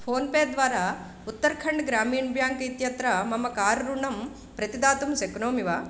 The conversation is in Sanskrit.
फ़ोन्पेद्वारा उत्तराखण्डं ग्रामीणं ब्याङ्क् इत्यत्र मम कार् ऋणं प्रतिदातुं शक्नोमि वा